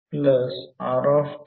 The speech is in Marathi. तर K 0